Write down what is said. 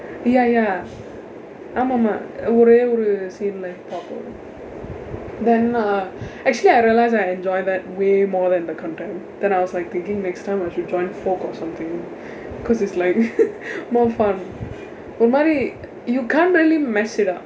ya ya ஆமாம் ஆமாம் ஒரே ஒரு:aamaam aamaam oree oru scene இல்ல பாப்போம்:illa paarppoom then uh actually I realise I enjoy that way more than the contemp then I was like thinking next time I she joined folk or something cause it's like more fun ஒரு மாதிரி:oru maathiri you can't really mess it up